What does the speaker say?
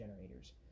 generators